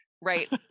right